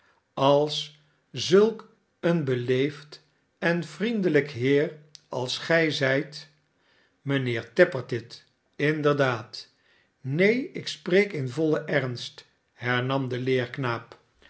als zulk een beleefd en vriendelijk heer als gij zijt mijnheer tappertit inderdaad neen ik spreek in yollen ernst hernam de